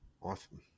Awesome